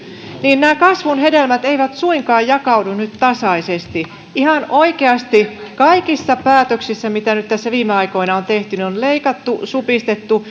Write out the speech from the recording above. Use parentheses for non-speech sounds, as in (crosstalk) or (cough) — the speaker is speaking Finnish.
niin nämä kasvun hedelmät eivät suinkaan jakaudu nyt tasaisesti ihan oikeasti kaikissa päätöksissä mitä nyt tässä viime aikoina on tehty on leikattu supistettu (unintelligible)